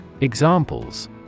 Examples